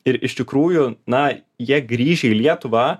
ir iš tikrųjų na jie grįš į lietuvą